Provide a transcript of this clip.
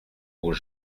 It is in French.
aux